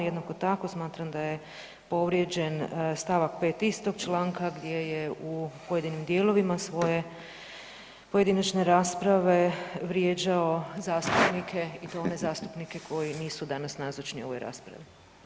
Jednako tako smatram da je povrijeđen st. 5. istog članka gdje je u pojedinim dijelovima svoje pojedinačne rasprave vrijeđao zastupnike i to one zastupnike koji nisu danas nazočni ovoj raspravi.